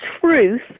truth